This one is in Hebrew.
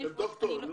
הם דוקטורים.